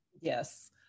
Yes